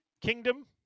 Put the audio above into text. Kingdom